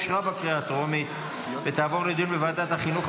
אושרה בקריאה הטרומית ותעבור לדיון בוועדת החינוך,